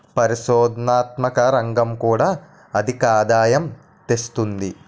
పరిశోధనాత్మక రంగం కూడా అధికాదాయం తెస్తుంది